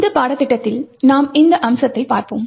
இந்த பாடத்திட்டத்தில் நாம் இந்த அம்சத்தைப் பார்ப்போம்